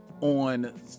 on